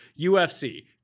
ufc